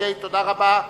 תודה רבה.